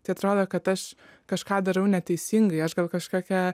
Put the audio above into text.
tai atrodo kad aš kažką darau neteisingai aš gal kažkokia